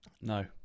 No